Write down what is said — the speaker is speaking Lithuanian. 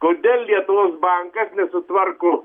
kodėl lietuvos bankas nesutvarko